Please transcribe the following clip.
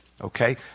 Okay